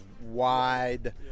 wide